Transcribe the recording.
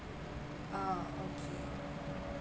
uh okay